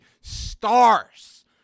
stars